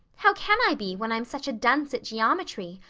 how can i be, when i'm such a dunce at geometry?